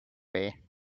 way